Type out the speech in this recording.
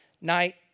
night